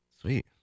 Sweet